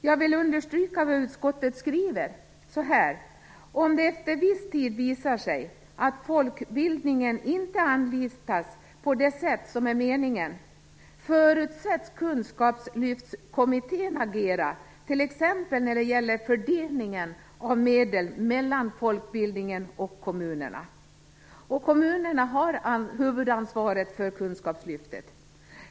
Jag vill understryka vad utskottet skriver: Om det efter viss tid visar sig att folkbildningen inte anlitas på det sätt som är meningen, förutsätts Kunskapslyftskommittén agera, t.ex. när det gäller fördelningen av medel mellan folkbildningen och kommunerna. Kommunerna har huvudansvaret för Kunskapslyftet.